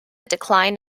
decline